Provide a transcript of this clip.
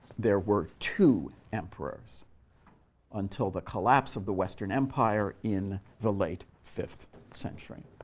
there were two emperors until the collapse of the western empire in the late fifth century.